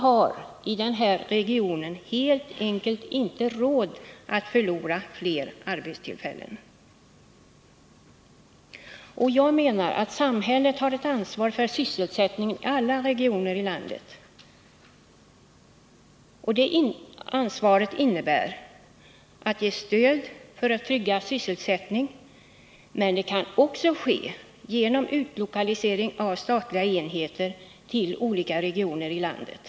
Regionen har helt enkelt inte råd att förlora fler arbetstillfällen. Jag menar att samhället har ett ansvar för sysselsättningen i alla regioner i landet. Det kan ske genom stöd för att trygga sysselsättning, men det kan också ske genom utlokalisering av statliga enheter till olika delar av landet.